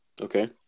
Okay